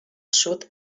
sud